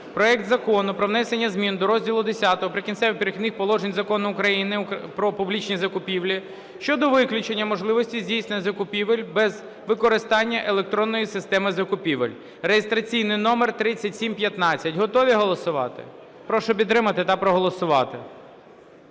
проект Закону про внесення змін до розділу Х "Прикінцеві і перехідні положення" Закону України "Про публічні закупівлі" (щодо виключення можливості здійснення закупівель без використання електронної системи закупівель) (реєстраційний номер 3715). Готові голосувати? Прошу підтримати та проголосувати.